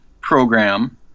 program